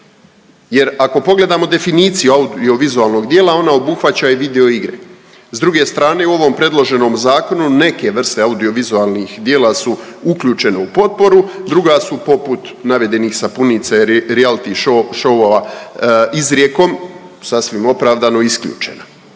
Jer ako pogledamo definiciju audiovizualnog djela ono obuhvaća i videoigre. S druge strane u ovom predloženom zakonu neke vrste audiovizualnih djela su uključene u potporu, druga su poput navedenih sapunica i reality šovova izrijekom sasvim opravdano isključena,